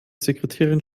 sekretärin